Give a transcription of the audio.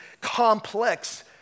complex